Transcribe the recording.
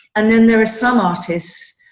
and then there were some artists.